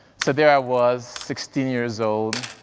so there i was, sixteen years old,